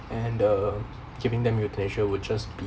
and uh giving them euthanasia would just be